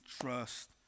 trust